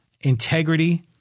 integrity